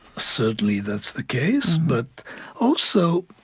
certainly, that's the case, but also,